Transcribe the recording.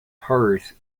perth